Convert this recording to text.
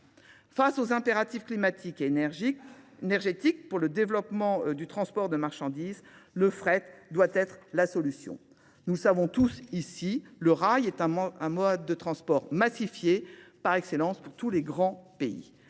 Face aux impératifs climatiques et énergétiques pour le développement du transport de marchandises, le fret doit être la solution. Nous savons tous ici que le rail est un mode de transport massifié par excellence pour tous les grands pays.